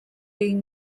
egin